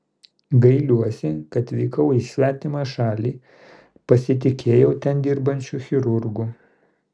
gailiuosi kad vykau į svetimą šalį pasitikėjau ten dirbančiu chirurgu